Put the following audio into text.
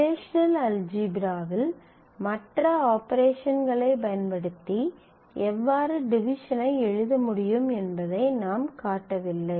relational அல்ஜீப்ராவில் மற்ற ஆபரேஷன்களைப் பயன்படுத்தி எவ்வாறு டிவிஷன் ஐ எழுத முடியும் என்பதை நாம் காட்டவில்லை